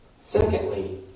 Secondly